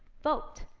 vote.